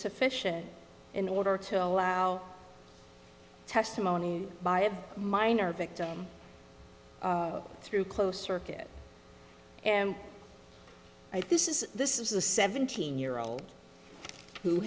sufficient in order to allow testimony by a minor victim through close circuit and i think this is this is a seventeen year old who